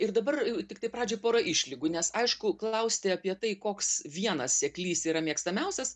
ir dabar tiktai pradžiai pora išlygų nes aišku klausti apie tai koks vienas seklys yra mėgstamiausias